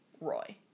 Roy